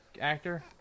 actor